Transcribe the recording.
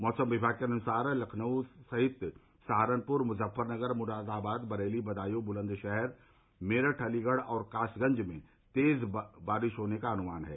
मौसम विमाग के अनुसार लखनऊ सहित सहारनपुर मुजफ्फरनगर मुरादाबाद बरेली बदायूं बुलन्दशहर मेरठ अलीगढ़ और कासगंज में तेज बारिश होने का अनुमान है